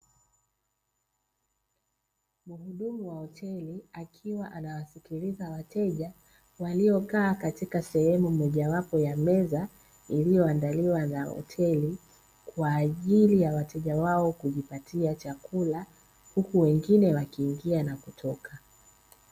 Muhudumu wa hoteli akiwa anawasikiliza wateja waliokaa katika sehemu mojawapo ya meza, iliyoandaliwa na hoteli kwa ajili ya waateja wao kujipatia chakula, huku wengine wakiingia na kutoka.